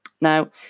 Now